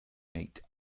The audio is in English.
mate